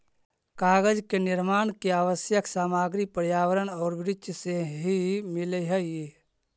कागज के निर्माण के आवश्यक सामग्री पर्यावरण औउर वृक्ष से ही मिलऽ हई